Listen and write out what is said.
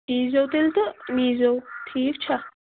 ییٖزیو تیٚلہِ تہٕ نیٖزیو ٹھیٖک چھا